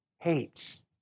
hates